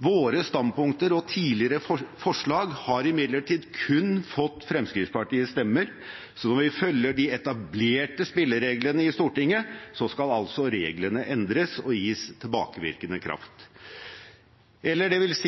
Våre standpunkter og tidligere forslag har imidlertid kun fått Fremskrittspartiets stemmer, så når vi følger de etablerte spillereglene i Stortinget, skal reglene altså endres og gis tilbakevirkende kraft, eller dvs.: